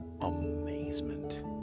Amazement